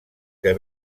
que